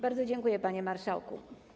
Bardzo dziękuję, panie marszałku.